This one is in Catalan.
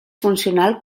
funcional